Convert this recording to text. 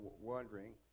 wondering